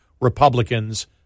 Republicans